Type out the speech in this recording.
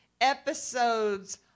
episodes